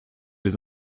les